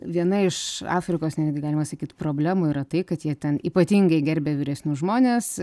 viena iš afrikos netgi galima sakyt problemų yra tai kad jie ten ypatingai gerbia vyresnius žmones